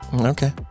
Okay